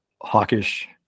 hawkish